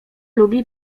lubi